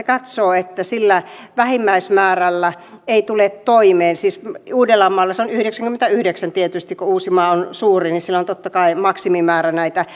katsoo että sillä vähimmäismäärällä ei tule toimeen siis uudellamaalla se on yhdeksänkymmentäyhdeksän tietysti koska kun uusimaa on suurin niin sillä on totta kai maksimimäärä näitä